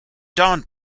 dawn